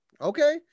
Okay